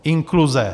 Inkluze.